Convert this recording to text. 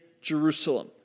Jerusalem